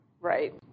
Right